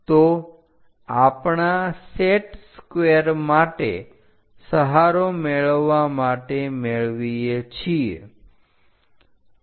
તો આપણા set square માટે સહારો મેળવવા માટે મેળવીએ છીએ